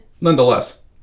nonetheless